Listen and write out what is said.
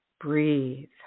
breathe